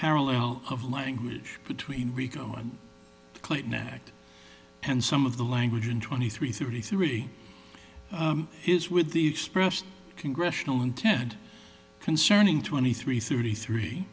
parallel of language between rico and clayton act and some of the language in twenty three thirty three is with the expressed congressional intent concerning twenty three thirty three